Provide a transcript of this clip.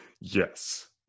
yes